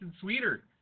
sweeter